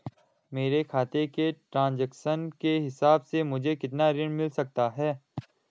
मेरे खाते के ट्रान्ज़ैक्शन के हिसाब से मुझे कितना ऋण मिल सकता है?